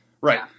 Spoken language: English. Right